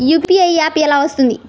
UPI app ఎలా వస్తుంది?